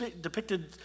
depicted